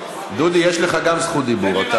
דודי, יש לך גם זכות דיבור.